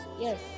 Yes